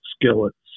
skillets